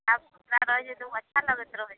साफ सुथरा रहैया तऽ ओ अच्छा लगैत रहैया